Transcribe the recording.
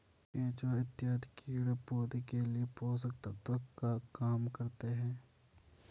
केचुआ इत्यादि कीड़े पौधे के लिए पोषक तत्व का काम करते हैं